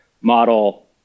model